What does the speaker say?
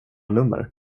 nummer